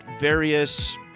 various